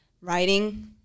writing